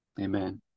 Amen